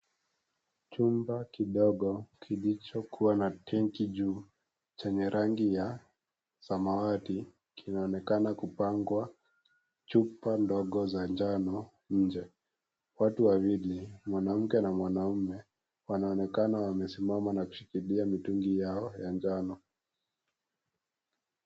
Chumba kidogo kilicho kuwa na tengi juu, chenye rangi ya samawati kunaonekana kupangwa chupa ndogo za njano nje. Watu wawili, mwanamke na mwanaume wanaonekana wamesimama na kushikilia mitungi Yao ya njano.